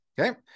Okay